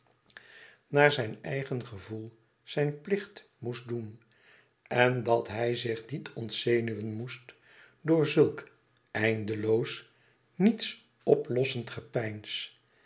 naar zijn eigen gevoel zijn plicht moest doen en dat hij zich niet ontzenuwen moest door zulk eindeloos niets oplossend gepeins